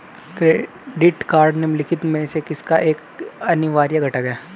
Credit card निम्नलिखित में से किसका एक अनिवार्य घटक है?